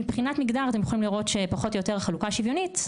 מבחינת מגדר אתם יכולים לראות שפחות או יותר החלוקה שוויונית,